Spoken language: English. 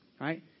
right